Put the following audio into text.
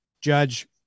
judge